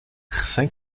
recém